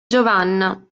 giovanna